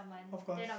of course